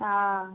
हँ